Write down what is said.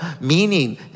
meaning